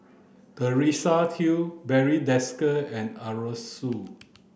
Teresa Hsu Barry Desker and Arasu